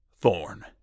Thorn